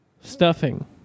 stuffing